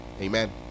amen